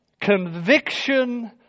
conviction